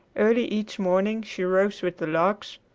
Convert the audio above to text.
early each morning she rose with the larks,